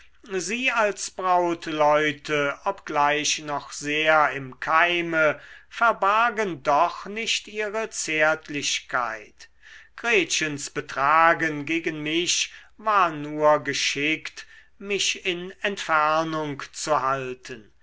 sie als brautleute obgleich noch sehr im keime verbargen doch nicht ihre zärtlichkeit gretchens betragen gegen mich war nur geschickt mich in entfernung zu halten